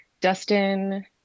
Dustin